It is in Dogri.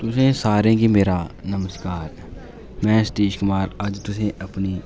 तुसें सारें गी मेरा नमस्कार में सतीश कुमार अज्ज तुसेईं अपनी